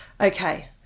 Okay